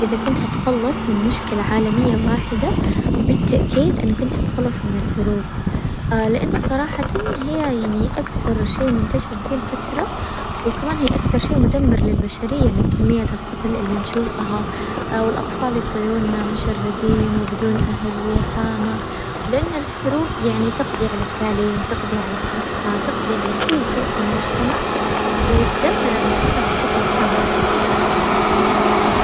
إذا كنت حتخلص من مشكلة عالمية واحدة بالتأكيد إنه كنت حتخلص من الحروب، لأنه صراحة هي يعني أكثر شيء منتشر ذي الفترة، وكمان هي أكثر شيء مدمر للبشرية من كمية القتل اللي نشوفها والأطفال يصيرون مشردين وبدون أهل ويتامى، ولأن الحروب يعني تقضي على التعليم، تقضي على الصحة تقضي على كل شيء في المجتمع وتدمر المجتمع بشكل كامل، فأكيد هختارها.